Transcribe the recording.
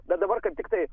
bet dabar kaip tiktai